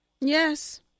yes